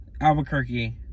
Albuquerque